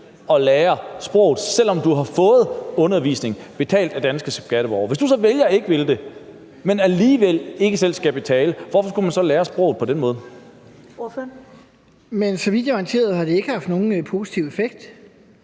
at lære sproget, selv om du har fået undervisning betalt af danske skatteborgere. Hvis du så vælger ikke at ville det, men alligevel ikke selv skal betale, hvorfor skulle du så lære sproget på den måde? Kl. 21:49 Første næstformand (Karen Ellemann): Ordføreren.